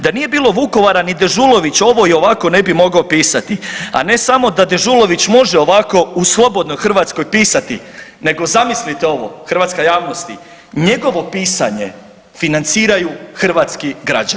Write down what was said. Da nije bilo Vukovara ni Dežulović ovo i ovako ne bi mogao pisati, a ne samo da Dežulović može ovako u slobodnoj Hrvatskoj pisati, nego zamislite ovo hrvatska javnosti njegovo pisanje financiraju hrvatski građani.